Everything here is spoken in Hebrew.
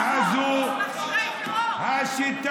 שכותב פוסט שלא מתאים לכם.